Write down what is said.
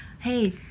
hey